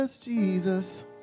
Jesus